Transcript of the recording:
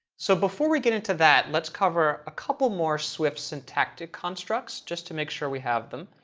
so before we get into that, let's cover a couple more swift syntactic constructs, just to make sure we have them.